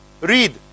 Read